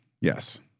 Yes